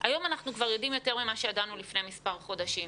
והיום אנחנו כבר יודעים יותר ממה שידענו לפני מספר חודשים.